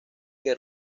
que